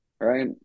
right